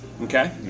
Okay